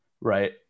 Right